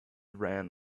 ran